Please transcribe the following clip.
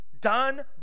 Done